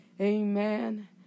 amen